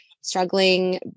struggling